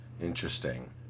interesting